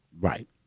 Right